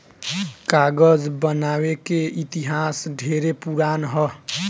कागज बनावे के इतिहास ढेरे पुरान ह